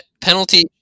Penalty